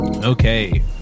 Okay